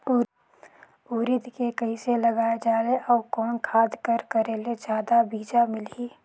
उरीद के कइसे लगाय जाले अउ कोन खाद कर करेले जादा बीजा मिलही?